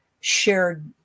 shared